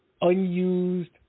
unused